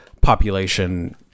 population